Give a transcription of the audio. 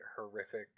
horrific